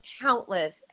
countless